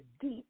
deep